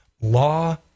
law